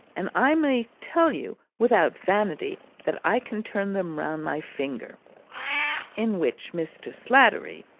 and i may tell you without vanity that i can turn them round my finger in which mr. sladdery,